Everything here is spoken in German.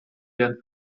deren